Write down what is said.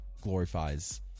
glorifies